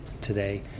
today